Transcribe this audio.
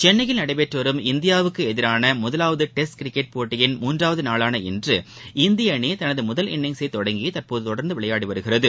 சென்னையில் நடைபெற்றுவரும் இந்தியாவுக்குஎதிரானமுதவாவதுடெஸ்ட் கிரிக்கெட் போட்டியின் முன்றாவதுநாளான இன்று இந்திய அணிதனதுமுதல் இன்னிங்சைதொடங்கிதற்போதுதொடர்ந்துவிளையாடிவருகிறது